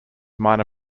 minor